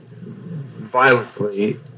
violently